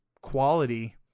quality